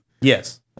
Yes